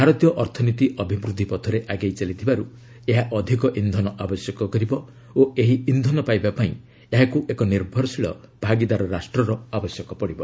ଭାରତୀୟ ଅର୍ଥନୀତି ଅଭିବୃଦ୍ଧିପଥରେ ଆଗେଇ ଚାଲିଥିବାରୁ ଏହା ଅଧିକ ଇନ୍ଧନ ଆବଶ୍ୟକ କରିବ ଓ ଏହି ଇନ୍ଧନ ପାଇବା ପାଇଁ ଏହାକୁ ଏକ ନିର୍ଭରଶୀଳ ଭାଗିଦାର ରାଷ୍ଟ୍ରର ଆବଶ୍ୟକ ପଡ଼ିବ